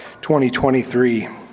2023